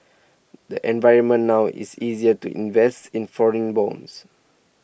the environment now is easier to invest in foreign bonds